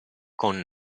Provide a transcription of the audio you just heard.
con